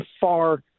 far